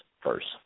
first